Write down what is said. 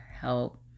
help